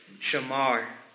shamar